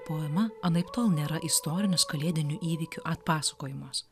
poema anaiptol nėra istorinis kalėdinių įvykių atpasakojimas